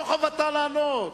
לא חובתה לענות.